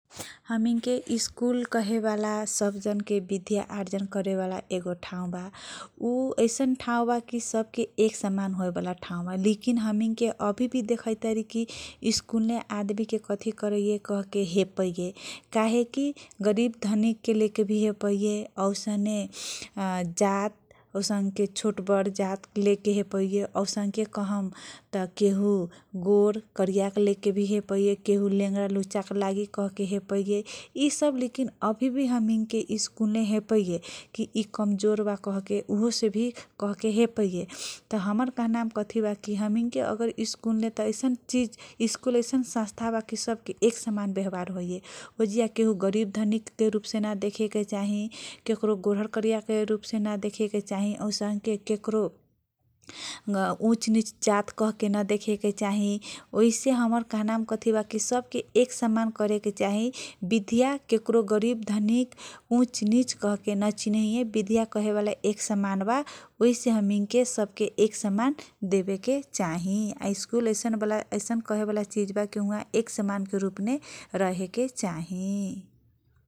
हमिनके स्कूल कहेबाला विद्या आर्जन करेवाला एक ठाउँ बा । उ ऐसनका ठाउँ बा कि सब के एक समान हाएबाला एगो ठाउँ बा लेकिन हमिनके अभी भी देखैतबारी कि स्कूल मे आदमी कथी करैये तँ हेपैये । काहेकी गरीब धनीक लेके भी हेप्पैये औसने जातपात सुटबर जात लेके हेप्पैये । औसके कहम तँ केहु गोरहर, करीया केलेके हेप्पैये । केहु लेगडा लुच्चा लेकर भी हेप्पैये । इ सब लेकि अभी भी हमिन स्कूल मे हेप्पैये । अभी भी कमजोर बा कहके ओहुसे भी हेप्पैये । हमर कहनाम कठी बा तँ, हमिनके अगर स्कूल मे स्कूल कहेबाला ऐसन चीज चाहे संस्था बा, एक समान व्यावहार होखैये ओजगाा केहु गरीब धनीकके रुपसे नदेखेके चाही । केकरो गोरहर करीया के रुपसे नदेखेके चाही औसे हमर कहनाम कथी बा की सबके एक समान देखेके चाहि । विद्या केकरो गरीब धनीक, उच्च, नीच कहेके नचिनैये काहे बा एक समान बा वही से हमीनके सकके एक समान देखेके चाही ।